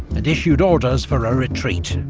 and issued orders for a retreat.